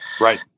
Right